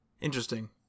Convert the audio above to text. Interesting